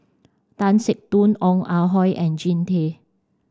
Tan Teck Soon Ong Ah Hoi and Jean Tay